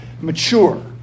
mature